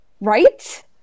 Right